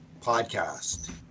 podcast